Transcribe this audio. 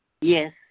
Yes